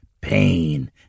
pain